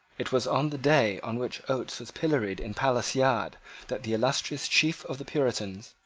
it was on the day on which oates was pilloried in palace yard that the illustrious chief of the puritans,